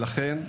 ולכן,